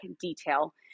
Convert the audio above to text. detail